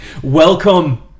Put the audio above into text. Welcome